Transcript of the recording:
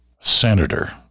senator